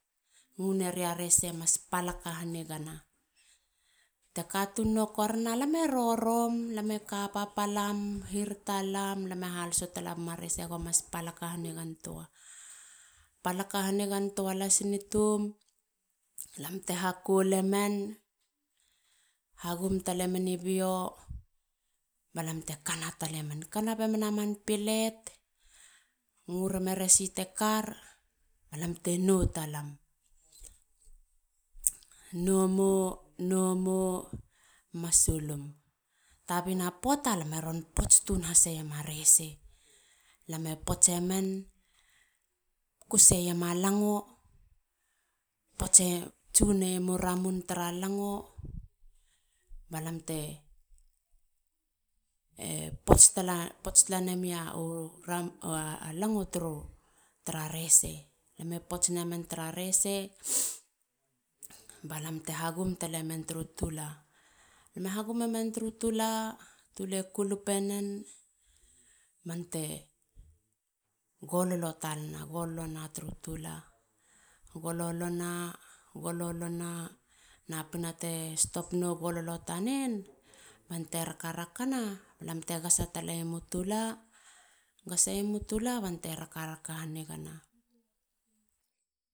Nguneri a rese mas palaka hanigana. te katun no korana lam e rorom. lam e ka papalam. hirata lam. lam e haloso talabema rese go mas palaka hanigantua. Palaka hanigantua lasini toum lam te hakol e men. hagum talemeni bio. ba te kana talemen. kana bemen a man palet. nguereme re si te kar. balamte nou talam. Nou mo. nou mo. masulum. Tana poata llam e ron pots tun hasema rese. lam e potsemen. kuse iema lango. tsuneiemu ramun tara lango. balamte pots tala nemia lango tara rese. balam te hagum talemen turu tulalame hagumemen turu tula. Tule kulupenen bante gololo talana. golo na turu tula. Gololona. gololona nap na te stop no gololo tanen. bante rakrakana balam te gasa taleiemu tula. gasaiemu tula bante rakraka hanigana.